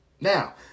Now